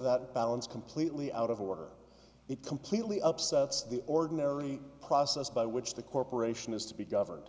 that balance completely out of order it completely upsets the ordinary process by which the corporation is to be governed